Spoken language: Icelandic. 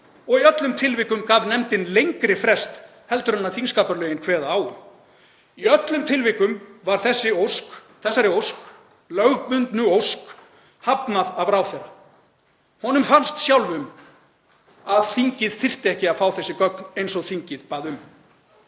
og í öllum tilvikum gaf nefndin lengri frest en þingskapalögin kveða á um. Í öllum tilvikum var þessari ósk, þessari lögbundnu ósk, hafnað af ráðherra. Honum fannst sjálfum að þingið þyrfti ekki að fá þessi gögn eins og þingið bað um.